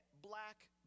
black